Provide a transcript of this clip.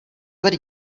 tady